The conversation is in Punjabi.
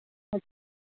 ਹ